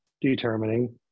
determining